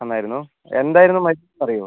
തന്നായിരുന്നു എന്തായിരുന്നു മരുന്നെന്നറിയോ